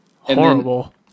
Horrible